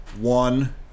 one